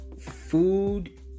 food